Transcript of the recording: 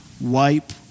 wipe